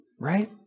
right